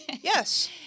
yes